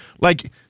Like-